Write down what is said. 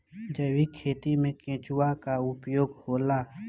जैविक खेती मे केचुआ का उपयोग होला?